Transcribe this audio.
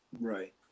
right